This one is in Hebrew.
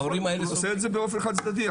ההורים האלה --- אנחנו נעשה את זה באופן חד צדדי.